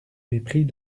mépris